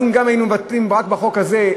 היינו מבטלים רק בחוק הזה,